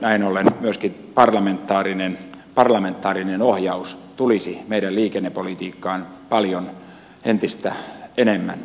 näin ollen myöskin parlamentaarinen ohjaus tulisi meidän liikennepolitiikkaamme entistä enemmän mukaan